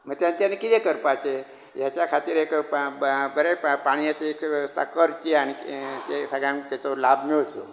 मागीर तेंच्यानी कितें करपाचें हेच्या खातीर एक ब बा बऱ्या पाणयाची एक करची आनी सगळ्यांक तेचो लाभ मेळचो